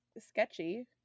sketchy